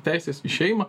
teisės į šeimą